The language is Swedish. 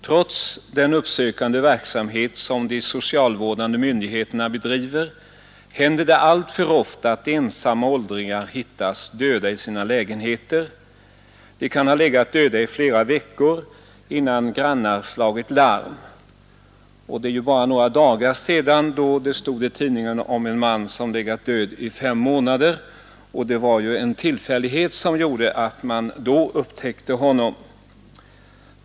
Trots den uppsökande verksamhet som de socialvårdande myndigheterna bedriver händer det alltför ofta att ensamma åldringar hittas döda i sina lägenheter. De kan ha legat döda i flera veckor innan grannar slagit larm. Det är ju bara några dagar sedan som det stod i tidningarna om en man som legat död i fem månader, och det var bara en tillfällighet som gjorde att man då upptäckte honom.